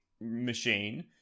machine